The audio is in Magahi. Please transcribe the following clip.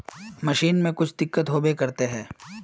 मशीन में कुछ दिक्कत होबे करते है?